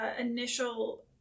initial